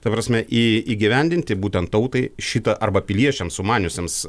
ta prasme į įgyvendinti būtent tautai šitą arba piliečiams sumaniusiems